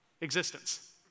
existence